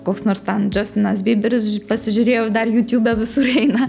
koks nors ten džastinas byberis pasižiūrėjau dar jūtiube visur eina